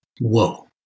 Whoa